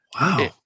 Wow